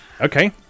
Okay